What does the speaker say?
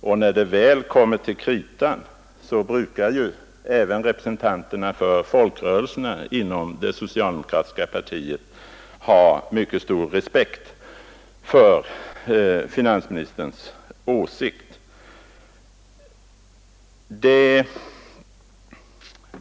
Och när det väl kommer till kritan, brukar ju även folkrörelserepresentanterna inom det socialdemokratiska partiet ha mycket stor respekt för finansministerns åsikt.